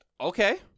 Okay